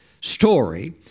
story